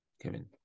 Kevin